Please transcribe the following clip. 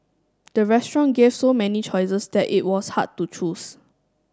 the restaurant gave so many choices that it was hard to choose